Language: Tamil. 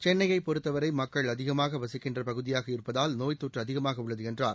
சென்னைய பொறுத்தவரை மக்கள் அதிகமாக வசிக்கின்ற பகுதியாக இருப்பதால் நோய்த்தொற்று அதிகமாக உள்ளது என்றார்